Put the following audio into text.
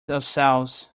ourselves